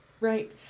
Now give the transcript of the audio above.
right